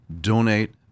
donate